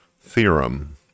Theorem